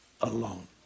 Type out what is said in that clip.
alone